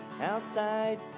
outside